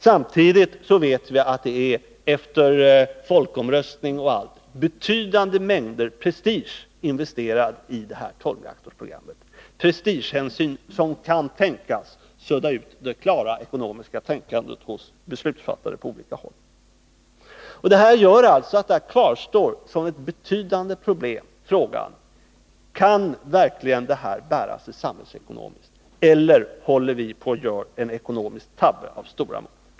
Samtidigt vet vi att det efter folkomröstning och allt är betydande mängder prestige investerade i tolvreaktorsprogrammet — prestigehänsyn som kan tänkas sudda ut det klara ekonomiska tänkandet hos beslutsfattare på olika håll. Detta gör alltså att här kvarstår som ett betydande problem: Kan verkligen detta bära sig samhällsekonomiskt, eller håller vi på att göra en ekonomisk tabbe av stora mått?